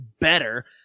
better